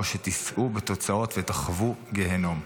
או שתישאו בתוצאות ותחוו גיהינום.